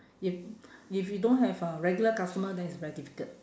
if if you don't have uh regular customer then it's very difficult